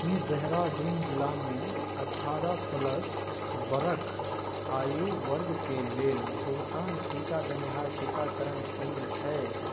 कि देहरादून जिलामे अठारह प्लस बरख आयु वर्गके लेल भुगतान टीका देनिहार टीकाकरण केन्द्र छै